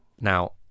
Now